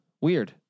Weird